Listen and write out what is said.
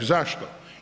Zašto?